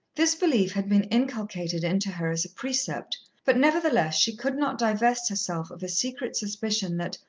this belief had been inculcated into her as a precept but, nevertheless, she could not divest herself of a secret suspicion that,